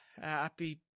Happy